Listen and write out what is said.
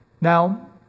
Now